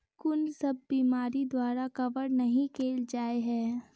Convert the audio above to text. कुन सब बीमारि द्वारा कवर नहि केल जाय है?